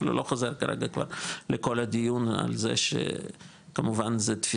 אבל אני לא חוזר כרגע לכל הדיון על זה שזה תפיסה